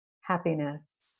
happiness